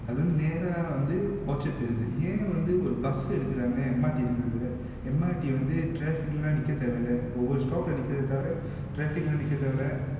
அதுவந்து நேரா வந்து:athuvanthu neraa vanthu orchard இருக்கு யே வந்து ஒரு:iruku ye vanthu oru bus எடுக்குரன:edukurana M_R_T எங்க குடுக்குர:enga kudukura M_R_T வந்து:vanthu traffic lah நிக்க தேவல ஒவ்வொரு:nikka thevala ovvoru stop lah நிக்குரத தவிர:nikkuratha thavira traffic lah நிக்க தேவல:nikka thevala